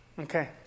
Okay